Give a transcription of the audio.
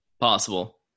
possible